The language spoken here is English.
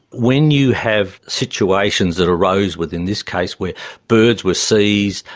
when you have situations that arose within this case where birds were seized,